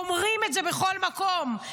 אומרים את זה בכל מקום.